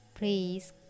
Please